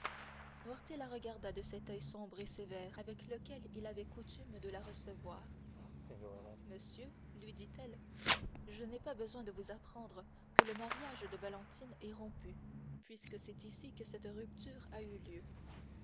noirtier la regarda de cet oeil sombre et sévère avec lequel il avait coutume de la recevoir monsieur lui dit-elle je n'ai pas besoin de vous apprendre que le mariage de valentine est rompu puisque c'est ici que cette rupture a eu lieu